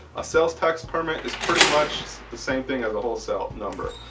a sales tax permit is pretty much the same thing of the wholesale number.